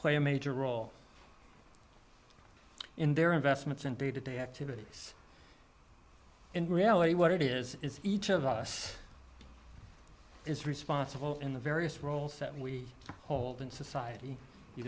play a major role in their investments and day to day activities in reality what it is is each of us is responsible in the various roles that we hold in society you